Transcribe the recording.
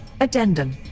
Addendum